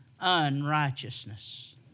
unrighteousness